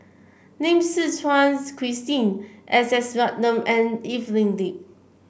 Lim Suchen Christine S S Ratnam and Evelyn Lip